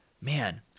man